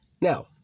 Now